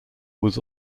was